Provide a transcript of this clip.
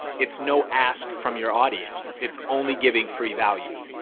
it's no ask from your audience. it's only giving free value.